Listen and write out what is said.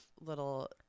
little